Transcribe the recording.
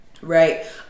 right